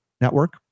network